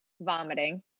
vomiting